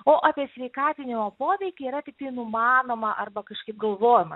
o apie sveikatinimo poveikį yra tiktai numanoma arba kažkaip galvojama